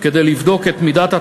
כדי לבדוק את מידת התחרותיות,